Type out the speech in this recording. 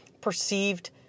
perceived